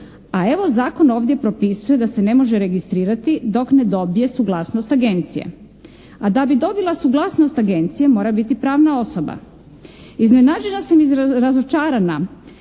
A evo zakon ovdje propisuje da se ne može registrirati dok ne dobije suglasnost Agencije. A da bi dobila suglasnost Agencije mora biti pravna osoba. Iznenađena sam i razočarana